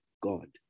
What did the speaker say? God